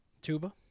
Tuba